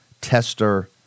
Tester